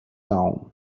own